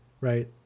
right